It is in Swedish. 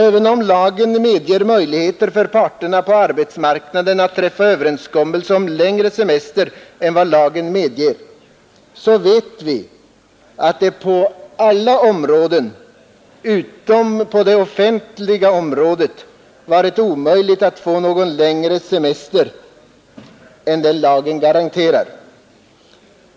Även om lagen medger möjligheter för parterna på arbetsmarknaden att träffa överenskommelse om längre semester än vad lagen anger, så vet vi ändå att det på alla områden utom på det offentliga området har varit omöjligt att få längre semester än den lagen garanterar.